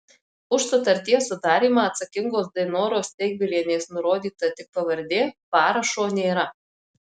už sutarties sudarymą atsakingos dainoros steigvilienės nurodyta tik pavardė parašo nėra